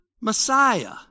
Messiah